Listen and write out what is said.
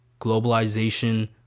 globalization